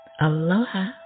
Aloha